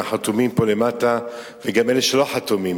מהחתומים פה למטה וגם אלה שלא חתומים,